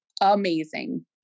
amazing